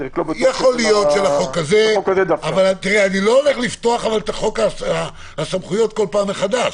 אני רק לא בטוח --- אני לא הולך לפתוח את חוק הסמכויות בכל פעם מחדש.